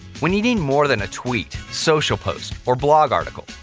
when you need more than a tweet, social post or blog article,